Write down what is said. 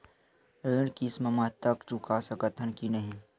ऋण किस्त मा तक चुका सकत हन कि नहीं?